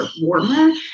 warmer